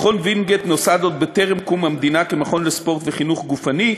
מכון וינגייט נוסד עוד בטרם קום המדינה כמכון לספורט ולחינוך גופני.